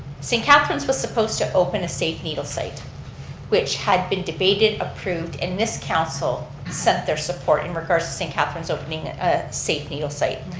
st. catharines was supposed to open a safe needle site which had been debated, approved and this council sent their support in regards to st. catharines opening a safe needle site.